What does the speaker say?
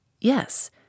Yes